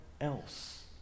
else